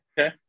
okay